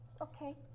Okay